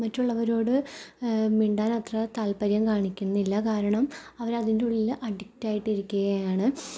മറ്റുള്ളവരോട് മിണ്ടാൻ അത്ര താൽപ്പര്യം കാണിക്കുന്നില്ല കാരണം അവരതിൻ്റെ ഉള്ളിൽ അഡിക്റ്റ് ആയിട്ടിരിക്കുകയാണ്